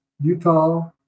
utah